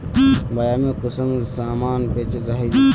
बाजार में कुंसम सामान बेच रहली?